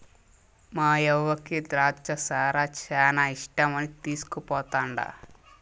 మాయవ్వకి ద్రాచ్చ సారా శానా ఇష్టమని తీస్కుపోతండా